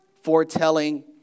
foretelling